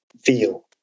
feel